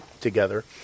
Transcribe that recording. together